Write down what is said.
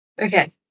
Okay